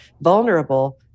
vulnerable